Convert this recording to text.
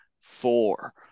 four